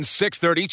630